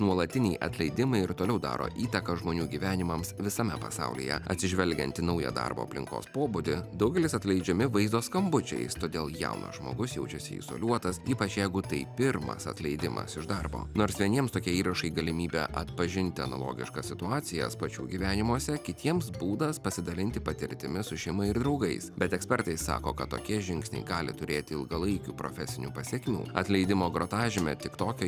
nuolatiniai atleidimai ir toliau daro įtaką žmonių gyvenimams visame pasaulyje atsižvelgiant į naują darbo aplinkos pobūdį daugelis atleidžiami vaizdo skambučiais todėl jaunas žmogus jaučiasi izoliuotas ypač jeigu tai pirmas atleidimas iš darbo nors vieniems tokie įrašai galimybė atpažinti analogiškas situacijas pačių gyvenimuose kitiems būdas pasidalinti patirtimi su šeima ir draugais bet ekspertai sako kad tokie žingsniai gali turėti ilgalaikių profesinių pasiekimų atleidimo grotažymė tiktoke